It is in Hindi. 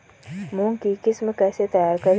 मूंग की किस्म कैसे तैयार करें?